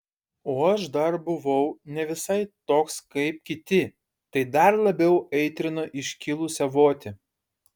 o aš dar buvau ne visai toks kaip kiti tai dar labiau aitrino iškilusią votį